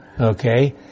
Okay